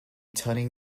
tutting